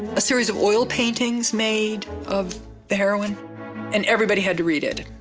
a series of oil paintings made of the heroine and everybody had to read it.